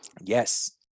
Yes